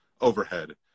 overhead